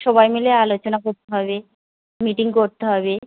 সবাই মিলে আলোচনা করতে হবে মিটিং করতে হবে